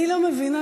אני לא מבינה,